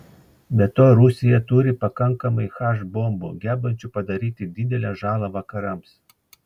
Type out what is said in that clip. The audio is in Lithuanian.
be to rusija turi pakankamai h bombų gebančių padaryti didelę žalą vakarams